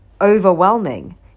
overwhelming